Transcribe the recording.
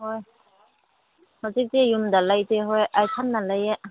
ꯍꯣꯏ ꯍꯧꯖꯤꯛꯇꯤ ꯌꯨꯝꯗ ꯂꯩꯇꯦ ꯍꯣꯏ ꯑꯩ ꯏꯊꯟꯇ ꯂꯩꯌꯦ